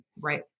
Right